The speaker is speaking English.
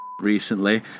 recently